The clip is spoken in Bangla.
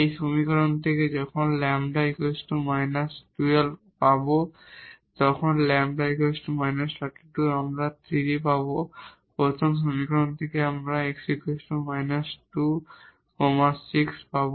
এই সমীকরণ থেকে যখন এই λ −12 আমরা −1 পাব যখন λ −32 আমরা 3 পাব এবং প্রথম সমীকরণ থেকে আমরা x −2 6 পাব